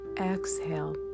Exhale